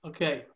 Okay